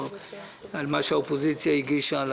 מה שהאופוזיציה הגישה.